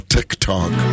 TikTok